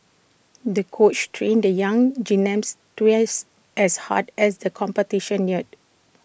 the coach trained the young twice as hard as the competition neared